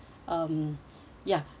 um ya